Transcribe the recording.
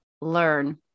learn